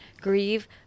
grieve